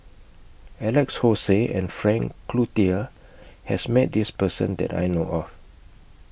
Alex Josey and Frank Cloutier has Met This Person that I know of